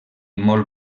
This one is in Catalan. molt